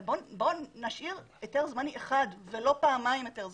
אבל בואו נשאיר היתר זמני אחד ולא פעמיים היתר זמני.